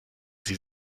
sie